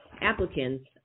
applicants